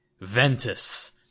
Ventus